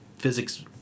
physics